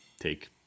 take